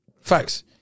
Facts